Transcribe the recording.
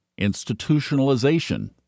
Institutionalization